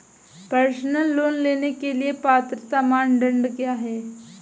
Personal loan के लिए पात्रता मानदंड क्या हैं?